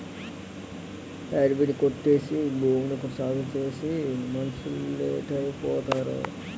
అడివి ని కొట్టేసి భూమిని సాగుచేసేసి మనుసులేటైపోతారో